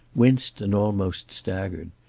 winced, and almost staggered.